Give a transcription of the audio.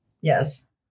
Yes